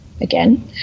again